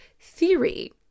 theory